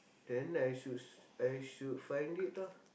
then I should s~ I should find it lah